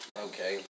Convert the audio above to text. Okay